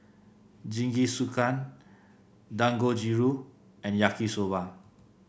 Jingisukan Dangojiru and Yaki Soba